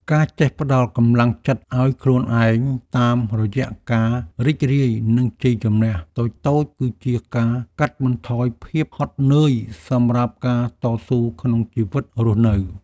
ការចេះផ្ដល់កម្លាំងចិត្តឱ្យខ្លួនឯងតាមរយៈការរីករាយនឹងជ័យជម្នះតូចៗគឺជាការកាត់បន្ថយភាពហត់នឿយសម្រាប់ការតស៊ូក្នុងជីវិតរស់នៅ។